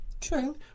True